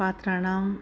पात्राणि